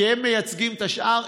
כי הם מייצגים את השאר.